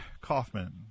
Kaufman